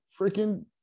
freaking